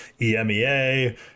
EMEA